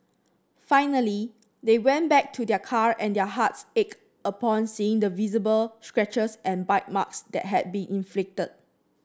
finally they went back to their car and their hearts ached upon seeing the visible scratches and bite marks that had been inflicted